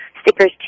stickers